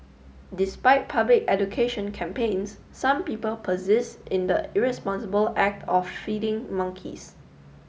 despite public education campaigns some people persist in the irresponsible act of feeding monkeys